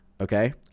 Okay